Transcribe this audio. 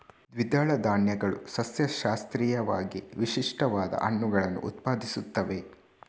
ದ್ವಿದಳ ಧಾನ್ಯಗಳು ಸಸ್ಯಶಾಸ್ತ್ರೀಯವಾಗಿ ವಿಶಿಷ್ಟವಾದ ಹಣ್ಣುಗಳನ್ನು ಉತ್ಪಾದಿಸುತ್ತವೆ